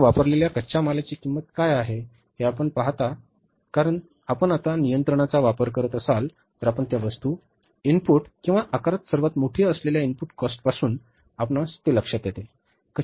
आता आपण वापरलेल्या कच्च्या मालाची किंमत काय आहे हे आपण पाहता कारण आपण आता या नियंत्रणाचा वापर करत असाल तर आपण त्या वस्तू इनपुट किंवा आकारात सर्वात मोठी असलेल्या इनपुट कॉस्टपासून आपणास ते लक्षात येते